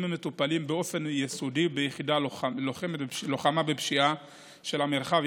ומטופלים באופן יסודי ביחידה ללוחמה בפשיעה של המרחב,